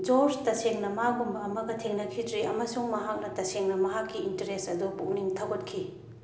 George ꯇꯁꯦꯡꯅ ꯃꯥꯒꯨꯝꯕ ꯑꯃꯒ ꯊꯦꯡꯅꯈꯤꯗ꯭ꯔꯤ ꯑꯃꯁꯨꯡ ꯃꯍꯥꯛꯅ ꯇꯁꯦꯡꯅ ꯃꯍꯥꯛꯀꯤ ꯏꯟꯇꯔꯦꯁ ꯑꯗꯨ ꯄꯨꯛꯅꯤꯡ ꯊꯧꯒꯠꯈꯤ